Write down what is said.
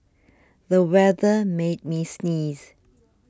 the weather made me sneeze